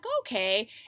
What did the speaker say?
okay